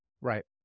right